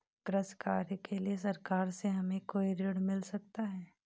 कृषि कार्य के लिए सरकार से हमें कोई ऋण मिल सकता है?